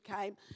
came